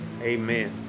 Amen